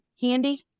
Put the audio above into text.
handy